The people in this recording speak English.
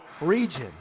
region